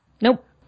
Nope